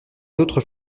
d’autres